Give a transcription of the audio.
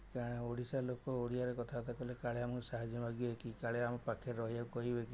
ସେମାନେ ଓଡ଼ିଶା ଲୋକ ଓଡ଼ିଆରେ କଥାବାର୍ତ୍ତା କଲେ କାଳେ ଆମକୁ ସାହାଯ୍ୟ ମାଗିବେ କି କାଳେ ଆମ ପକହରେ ରହିବାକୁ କହିବେ କି